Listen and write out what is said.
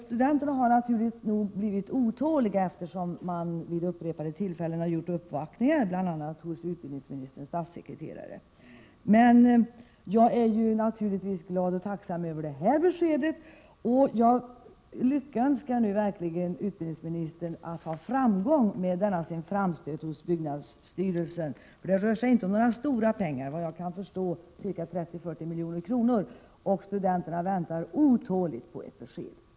Studenterna har naturligt nog blivit otåliga, eftersom man vid upprepade tillfällen har gjort uppvaktningar, bl.a. hos utbildningsministerns statssekreterare. Jag är naturligtvis glad och tacksam över det besked som jag nu fått, och jag önskar verkligen att utbildningsministern skall ha framgång med sin framstöt hos byggnadsstyrelsen. Det rör sig inte om några stora pengar — såvitt jag kan förstå är det fråga om 30-40 milj.kr. — och studenterna väntar otåligt på ett besked.